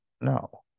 no